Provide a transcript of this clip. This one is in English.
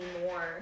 more